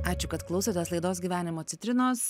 ačiū kad klausotės laidos gyvenimo citrinos